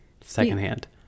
secondhand